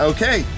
Okay